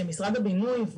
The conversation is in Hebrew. שמשרד הבינוי,